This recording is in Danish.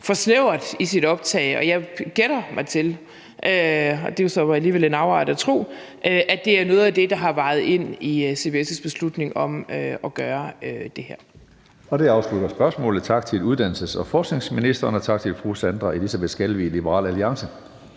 for snæver i sit optag. Og jeg gætter mig til – og det er jo så alligevel en afart af tro – at det er noget af det, CBS har lagt vægt på i deres beslutning om at gøre det her.